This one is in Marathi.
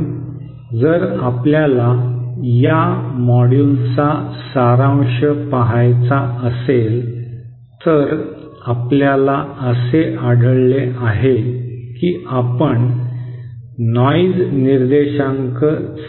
म्हणून जर आपल्याला या मॉड्यूलचा सारांश पहायचा असेल तर आपल्याला असे आढळले आहे की आपण नॉइज निर्देशांक